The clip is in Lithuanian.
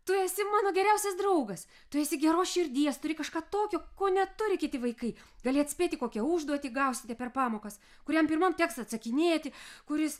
tu esi mano geriausias draugas tu esi geros širdies turi kažką tokio ko neturi kiti vaikai gali atspėti kokią užduotį gausite per pamokas kuriam pirmam teks atsakinėti kuris